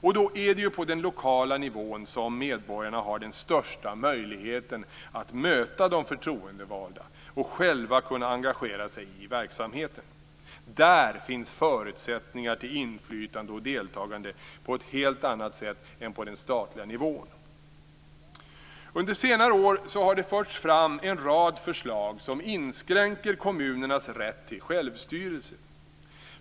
Och då är det ju på den lokala nivån som medborgarna har den största möjligheten att möta de förtroendevalda och själva kunna engagera sig i verksamheten. Där finns förutsättningar till inflytande och deltagande på ett helt annat sätt än på den statliga nivån. Under senare år har det förts fram en rad förslag som inskränker kommunernas rätt till självstyrelse.